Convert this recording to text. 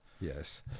yes